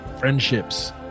Friendships